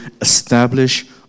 establish